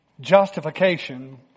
Justification